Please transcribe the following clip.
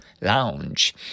Lounge